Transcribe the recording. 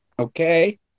Okay